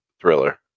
Thriller